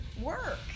work